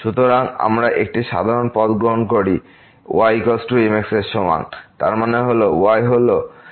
সুতরাং আমরা একটি সাধারণ পথ গ্রহণ করি y হল mx এর সমান তার মানে এখানে y হল mx এর সাথে বিভিন্ন m